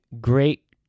great